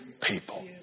people